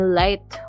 light